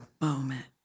moment